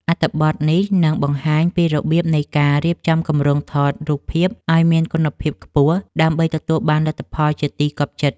អត្ថបទនេះនឹងបង្ហាញពីរបៀបនៃការរៀបចំគម្រោងថតរូបភាពឱ្យមានគុណភាពខ្ពស់ដើម្បីទទួលបានលទ្ធផលជាទីគាប់ចិត្ត។